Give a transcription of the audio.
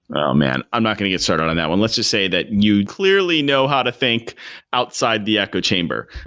oh man! i'm not going to get started on that one. let's just say that you clearly know how to think outside the echo chamber.